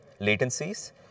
latencies